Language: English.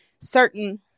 certain